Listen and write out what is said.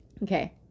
Okay